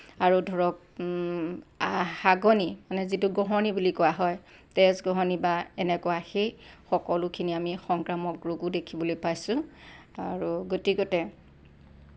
আৰু ধৰক আ হাগনি মানে যিটো গ্ৰহণী বুলি কোৱা হয় তেজ গ্ৰহণী বা এনেকুৱা সেই সকলোখিনি আমি সংক্ৰামক ৰোগো দেখিবলৈ পাইছোঁ আৰু গতিকতে